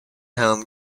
home